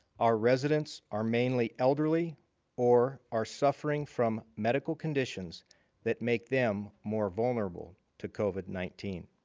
our residents are mainly elderly or are suffering from medical conditions that make them more vulnerable to covid nineteen.